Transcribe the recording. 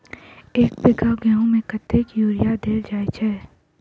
एक बीघा गेंहूँ मे कतेक यूरिया देल जाय छै?